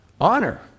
honor